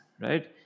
right